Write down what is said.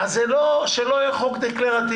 שזה לא יהיה חוק דקלרטיבי.